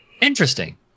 Interesting